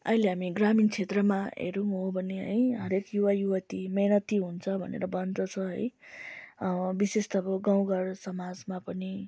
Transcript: अहिले हामी ग्रामिण क्षेत्रमा हेऱ्यौँ भने है हरेक युवा युवती मेहनती हुन्छ भनेर भन्दछ है विशेष त अब गाउँ घर समाजमा पनि